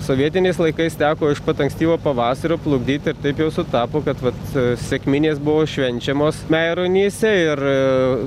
sovietiniais laikais teko iš pat ankstyvo pavasario plukdyt ir taip jau sutapo kad vat sekminės buvo švenčiamos meironyse ir